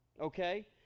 okay